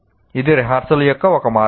అది రిహార్సల్ యొక్క ఒక మార్గం